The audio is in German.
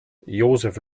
joseph